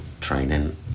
training